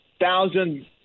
Thousand